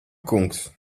kungs